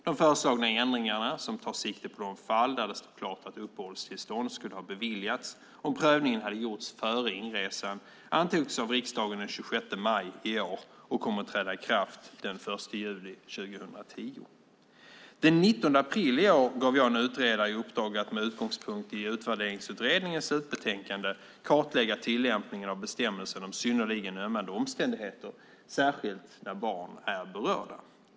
De föreslagna ändringarna, som tar sikte på de fall där det står klart att uppehållstillstånd skulle ha beviljats om prövningen hade gjorts före inresan, antogs av riksdagen den 26 maj i år och kommer att träda i kraft den 1 juli 2010. Den 19 april i år gav jag en utredare i uppdrag att med utgångspunkt i Utvärderingsutredningens slutbetänkande kartlägga tillämpningen av bestämmelsen om synnerligen ömmande omständigheter, särskilt när barn är berörda.